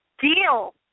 Deal